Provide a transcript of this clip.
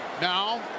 Now